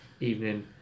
evening